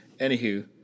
Anywho